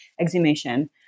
exhumation